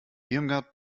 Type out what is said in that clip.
irmgard